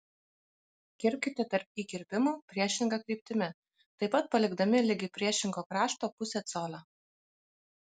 kirpkite tarp įkirpimų priešinga kryptimi taip pat palikdami ligi priešingo krašto pusę colio